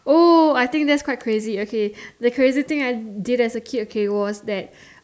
oh I think thats quite crazy okay the crazy thing I did as a kid was that